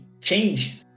change